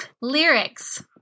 Lyrics